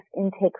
intake